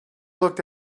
looked